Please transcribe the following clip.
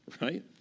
right